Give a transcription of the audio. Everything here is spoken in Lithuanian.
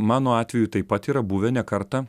mano atveju taip pat yra buvę ne kartą